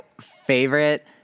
favorite